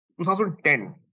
2010